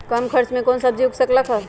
कम खर्च मे कौन सब्जी उग सकल ह?